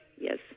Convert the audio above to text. yes